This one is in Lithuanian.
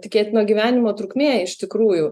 tikėtino gyvenimo trukmė iš tikrųjų